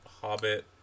Hobbit